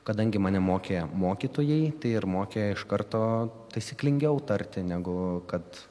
kadangi mane mokė mokytojai ir mokė iš karto taisyklingiau tarti negu kad